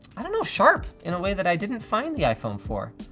i don't know, sharp, in a way that i didn't find the iphone four.